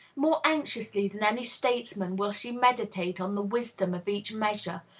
more anxiously than any statesman will she meditate on the wisdom of each measure,